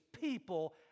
people